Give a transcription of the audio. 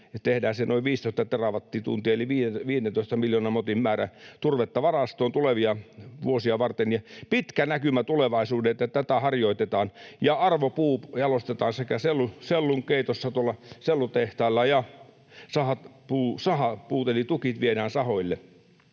tehdään se noin 15 terawattituntia eli 15 miljoonan motin määrä turvetta varastoon tulevia vuosia varten, ja pitkä näkymä tulevaisuuteen, että tätä harjoitetaan, ja arvopuu jalostetaan sellunkeitossa tuolla sellutehtaalla ja sahapuut eli tukit viedään sahoille.